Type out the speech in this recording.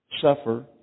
suffer